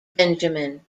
benjamin